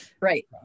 Right